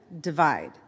divide